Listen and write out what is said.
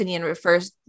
refers